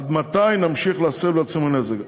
עד מתי נמשיך להסב לעצמנו נזק?